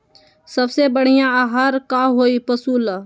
सबसे बढ़िया आहार का होई पशु ला?